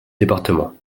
département